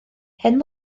hen